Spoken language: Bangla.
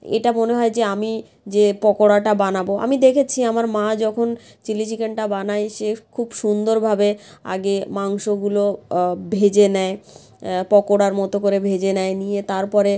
এটা মনে হয় যে আমি যে পকোড়াটা বানাবো আমি দেখেছি আমার মা যখন চিলি চিকেনটা বানায় সে খুব সুন্দরভাবে আগে মাংসগুলো ভেজে নেয় পকোড়ার মতো করে ভেজে নেয় নিয়ে তারপরে